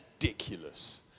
ridiculous